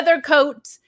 coat